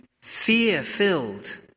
fear-filled